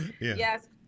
Yes